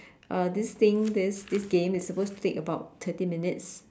uh this thing this this game is supposed to take about thirty minutes